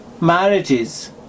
marriages